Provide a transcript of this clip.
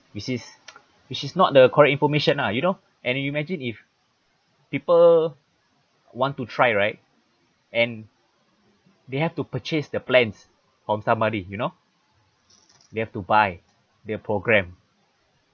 which is which is not the correct information lah you know and you imagine if people want to try right and they have to purchase the plans from somebody you know they have to buy their program